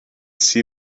see